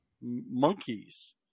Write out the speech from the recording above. monkeys